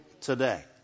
today